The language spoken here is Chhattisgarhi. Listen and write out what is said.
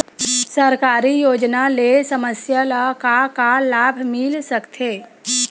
सरकारी योजना ले समस्या ल का का लाभ मिल सकते?